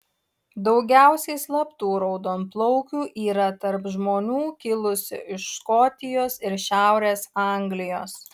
daugiausiai slaptų raudonplaukių yra tarp žmonių kilusių iš škotijos ir šiaurės anglijos